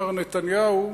מר נתניהו,